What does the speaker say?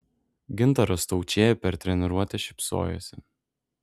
gintaras staučė per treniruotę šypsojosi